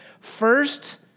First